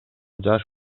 жаш